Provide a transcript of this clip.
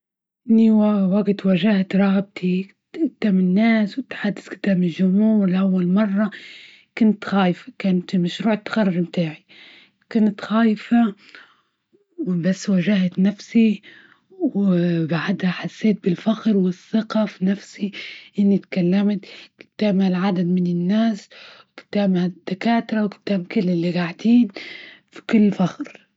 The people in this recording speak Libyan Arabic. إني وج ت واجهت رهبتي جدام الناس، والتحدث جدام الجمهور لأول مرة، كنت خايفة كنت مشروع التخرج بتاعي، كنت خايفة بس واجهت نفسي وبعدها حسيت بالفخر، والثقة في نفسي إني إتكلمت جدام عدد من الناس، وجدام الدكاترة وجدام كل اللي قاعدين في كل فخر.